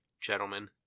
gentlemen